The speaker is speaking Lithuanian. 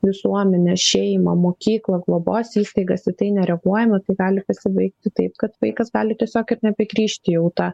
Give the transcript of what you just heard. visuomenę šeimą mokyklą globos įstaigas į tai nereaguojama gali pasibaigti taip kad vaikas gali tiesiog ir nebegrįžti jau į tą